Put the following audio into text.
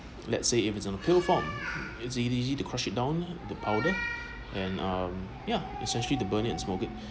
let's say if it's on a pill form is easy to crush it down the powder and um yeah essentially the burning in smoking